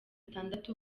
atandatu